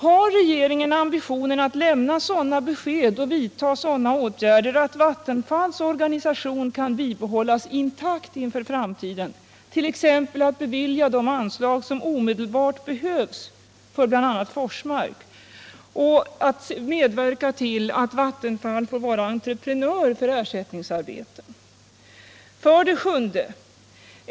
Har regeringen ambitionen att lämna sådana besked och vidta sådana åtgärder att Vattenfalls organisation kan bibehållas intakt inför framtiden, t.ex. att bevilja de anslag som omedelbart behövs för bl.a. Forsmark, och att medverka till att Vattenfall får vara entreprenör för ersättningsarbeten? För det sjunde.